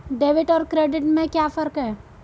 Debit और credit में क्या फर्क है?